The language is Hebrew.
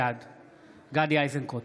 בעד גדי איזנקוט,